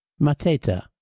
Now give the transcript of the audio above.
Mateta